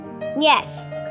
Yes